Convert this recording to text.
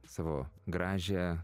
savo gražią